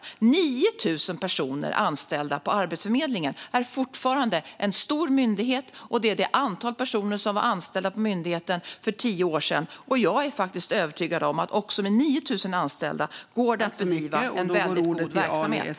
Med 9 000 personer anställda på Arbetsförmedlingen är den fortfarande en stor myndighet, och det är samma antal personer som var anställda på myndigheten för tio år sedan. Jag är övertygad om att det också med 9 000 anställda går att bedriva en väldigt god verksamhet.